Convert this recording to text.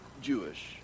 Jewish